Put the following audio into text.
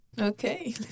Okay